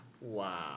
Wow